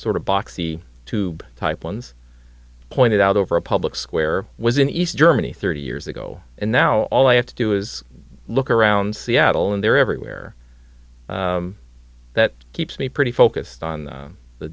sort of boxy tube type ones pointed out over a public square was in east germany thirty years ago and now all i have to do is look around seattle and they're everywhere that keeps me pretty focused on